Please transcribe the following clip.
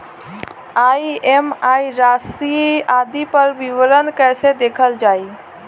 EMI राशि आदि पर विवरण कैसे देखल जाइ?